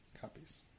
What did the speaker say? copies